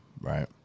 Right